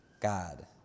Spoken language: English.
God